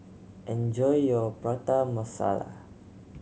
enjoy your Prata Masala